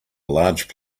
large